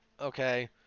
okay